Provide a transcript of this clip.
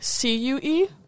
CUE